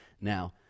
Now